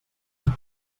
sis